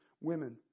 women